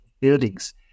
buildings